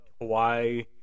Hawaii